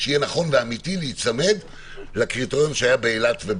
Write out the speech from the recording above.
שיהיה נכון ואמיתי להיצמד לקריטריון שהיה באילת.